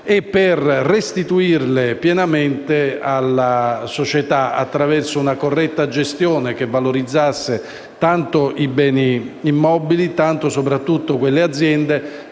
e, per restituirli pienamente alla società, è necessaria una corretta gestione che valorizzi tanto i beni immobili quanto, soprattutto, le aziende.